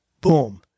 boom